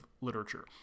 literature